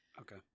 Okay